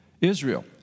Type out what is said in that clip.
Israel